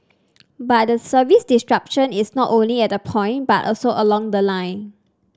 but the service disruption is not only at the point but also along the line